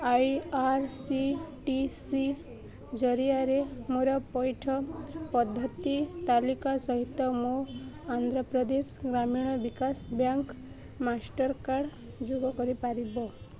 I R C T C ଜରିଆରେ ମୋର ପଇଠ ପଦ୍ଧତି ତାଲିକା ସହିତ ମୋ Andhra Pradesh Gramin Vikas bank master card ଯୋଗ କରିପାରିବ